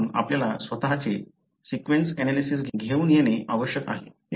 म्हणून आपल्याला स्वतःचे सीक्वेन्स एनालिसिस घेऊन येणे आवश्यक आहे